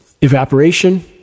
evaporation